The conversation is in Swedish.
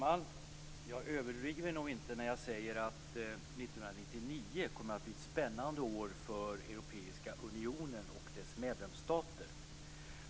Fru talman! Jag överdriver nog inte när jag säger att 1999 kommer att bli ett spännande år för Europeiska unionen och dess medlemsstater.